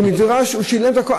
הוא שילם הכול.